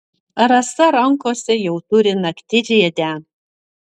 rasa rankose jau turi naktižiedę